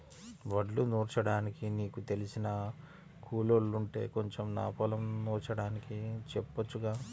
వడ్లు నూర్చడానికి నీకు తెలిసిన కూలోల్లుంటే కొంచెం నా పొలం నూర్చడానికి చెప్పొచ్చుగా